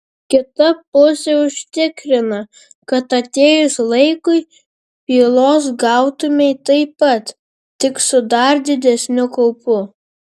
kita pusė užtikrina kad atėjus laikui pylos gautumei taip pat tik su dar didesniu kaupu